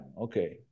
Okay